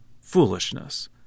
foolishness